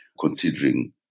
considering